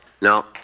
No